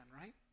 right